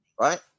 right